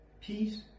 Peace